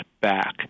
back